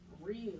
real